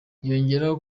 yongeyeho